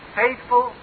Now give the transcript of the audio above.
faithful